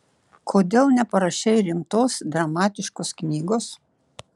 kodėl neparašei rimtos dramatiškos knygos